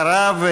אחריו,